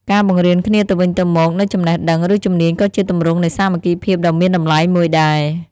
ការបង្រៀនគ្នាទៅវិញទៅមកនូវចំណេះដឹង ឬជំនាញក៏ជាទម្រង់នៃសាមគ្គីភាពដ៏មានតម្លៃមួយដែរ។